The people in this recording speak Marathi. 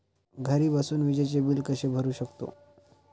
घरी बसून विजेचे बिल कसे भरू शकतो?